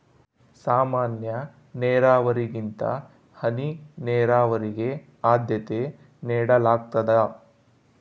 ಸಾಮಾನ್ಯ ನೇರಾವರಿಗಿಂತ ಹನಿ ನೇರಾವರಿಗೆ ಆದ್ಯತೆ ನೇಡಲಾಗ್ತದ